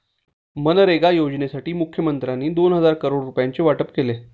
मनरेगा योजनेसाठी मुखमंत्र्यांनी दोन हजार करोड रुपयांचे वाटप केले